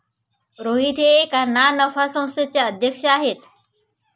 रोहित हे एका ना नफा संस्थेचे अध्यक्ष आहेत